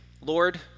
Lord